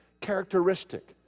characteristic